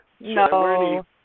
No